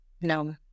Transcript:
No